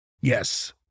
Yes